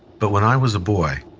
but when i was a boy,